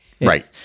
Right